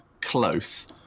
close